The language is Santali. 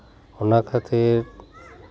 ᱚᱱᱟ ᱠᱷᱟᱹᱛᱤᱨ